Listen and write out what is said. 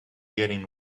getting